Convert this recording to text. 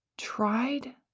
Tried